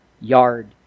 yard